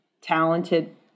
talented